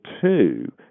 Two